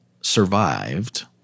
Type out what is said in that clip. survived